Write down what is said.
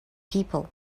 people